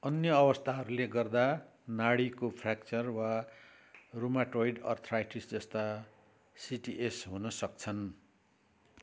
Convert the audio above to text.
अन्य अवस्थाहरूले गर्दा नाडीको फ्र्याक्चर वा रुमाटोइड अर्थ्राइटिस जस्ता सिटिएस हुन सक्छन्